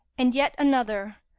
and yet another,